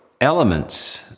elements